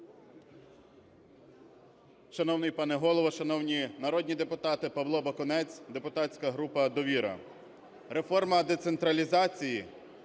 Шановний пане Голово, шановні народні депутати! Павло Бакунець, депутатська група "Довіра". Реформа децентралізації